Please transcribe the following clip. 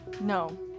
No